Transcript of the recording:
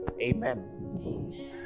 amen